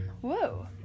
Whoa